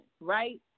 right